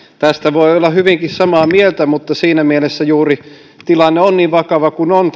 tästä voi olla hyvinkin samaa mieltä mutta siinä mielessä juuri tilanne tämän lainsäädännön suhteen on niin vakava kuin on